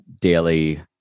daily